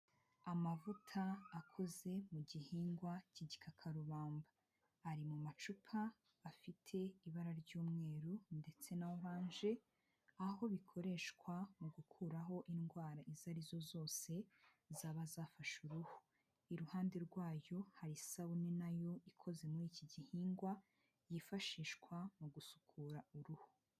Ni amavuta akoze mu gihingwa cy'igikakarubamba, ari mu macupa afite ibara ry'umweru ndetse na oranje, aho bikoreshwa mu gukuraho indwara izo arizo zose zaba zafashe uruhu, iruhande rwayo hari isabune na yo ikoze muri iki gihingwa yifashishwa mu gusukura uruhu.